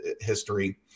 history